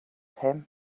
him